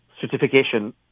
certification